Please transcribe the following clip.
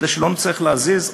כדי שלא נצטרך להזיז.